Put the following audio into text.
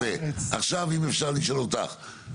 עכשיו אם אפשר לשאול אותך,